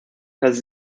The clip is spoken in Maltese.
taż